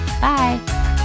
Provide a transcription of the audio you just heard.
Bye